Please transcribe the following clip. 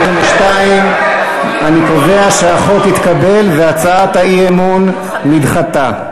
22. אני קובע שהחוק התקבל והצעת האי-אמון נדחתה.